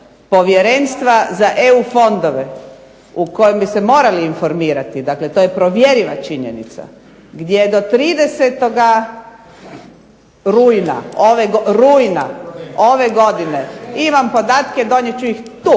Povjerenstva za EU fondove u kojem bi se morali informirati. Dakle, to je provjerljiva činjenica gdje do 30. rujna ove godine imam podatke. Donijet ću ih tu.